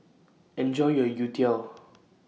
Enjoy your Youtiao